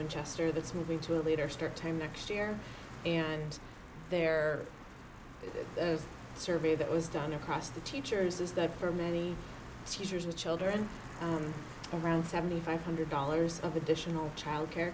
winchester that's moving to a leader start time next year and there is a survey that was done across the teachers is that for many teachers and children around seventy five hundred dollars of additional child care